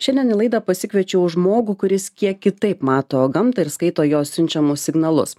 šiandien į laidą pasikviečiau žmogų kuris kiek kitaip mato gamtą ir skaito jos siunčiamus signalus